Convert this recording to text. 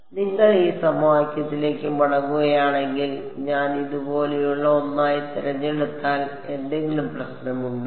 അതിനാൽ നിങ്ങൾ ഈ സമവാക്യത്തിലേക്ക് മടങ്ങുകയാണെങ്കിൽ ഞാൻ ഇത് പോലെയുള്ള ഒന്നായി തിരഞ്ഞെടുത്താൽ എന്തെങ്കിലും പ്രശ്നമുണ്ടോ